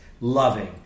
loving